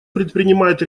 предпринимает